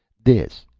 this,